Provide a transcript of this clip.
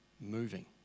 moving